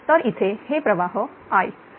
तर इथे हे प्रवाह I